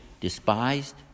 despised